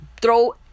throw